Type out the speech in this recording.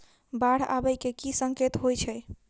बाढ़ आबै केँ की संकेत होइ छै?